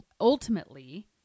ultimately